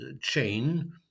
chain